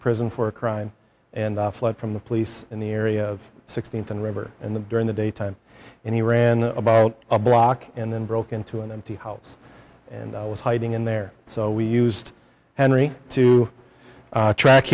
prison for a crime and fled from the police in the area of sixteenth and river in the during the daytime and he ran about a block and then broke into an empty house and i was hiding in there so we used henry to track